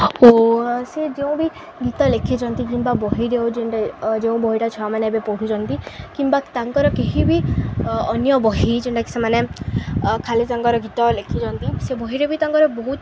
ଓ ସେ ଯେଉଁ ବି ଗୀତ ଲେଖିଛନ୍ତି କିମ୍ବା ବହିରେ ହଉ ଯେ ଯେଉଁ ବହିଟା ଛୁଆମାନେ ଏବେ ପଢୁଚନ୍ତି କିମ୍ବା ତାଙ୍କର କେହି ବି ଅନ୍ୟ ବହି ଯେନ୍ଟାକି ସେମାନେ ଖାଲି ତାଙ୍କର ଗୀତ ଲେଖିଛନ୍ତି ସେ ବହିରେ ବି ତାଙ୍କର ବହୁତ